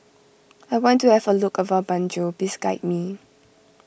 I want to have a look around Banjul please guide me